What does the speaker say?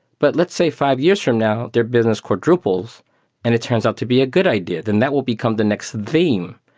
but let's say five years from now their business quadruples and it turns out to be a good idea, then that will become the next theme.